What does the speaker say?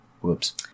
Whoops